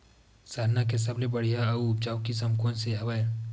सरना के सबले बढ़िया आऊ उपजाऊ किसम कोन से हवय?